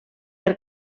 per